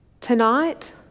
Tonight